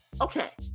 Okay